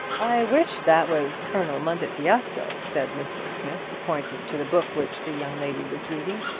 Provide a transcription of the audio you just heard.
i wish that was colonel montefiasco said mr. smith, pointing to the book which the young lady was reading.